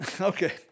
Okay